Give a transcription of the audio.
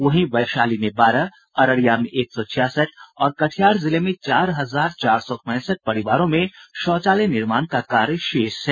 वहीं वैशाली में बारह अररिया में एक सौ छियासठ और कटिहार जिले में चार हजार चार सौ पैंसठ परिवारों में शौचालय निर्माण का कार्य शेष है